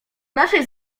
naszej